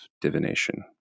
divination